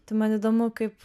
tai man įdomu kaip